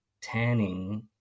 tanning